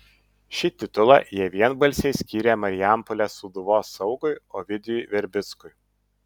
šį titulą jie vienbalsiai skyrė marijampolės sūduvos saugui ovidijui verbickui